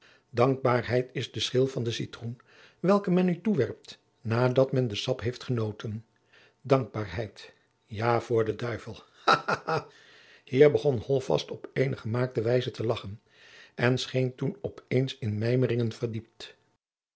dankbaarheid is de schil van de citroen welke men u toewerpt nadat men de sap heeft genoten dankbaarheid ja voor den duivel ha ha ha hier begon holtvast op eene gemaakte wijze te lagchen en scheen toen op eens in mijmeringen verdiept